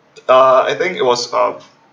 uh I think it was um